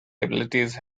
abilities